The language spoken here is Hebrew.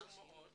חשוב מאוד